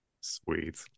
Sweet